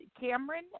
Cameron